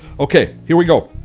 okay, here we go.